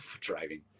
Driving